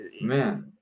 Man